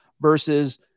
versus